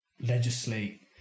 legislate